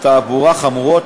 תעבורה חמורות.